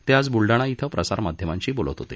ते आज बुलडाणा इथं प्रसारमाध्यमांशी बोलत होते